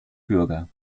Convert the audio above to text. bürger